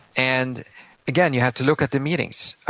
and again, you have to look at the meetings,